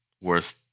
worth